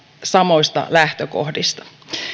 samoista lähtökohdista